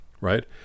right